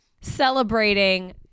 celebrating